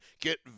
get